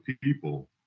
people